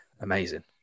amazing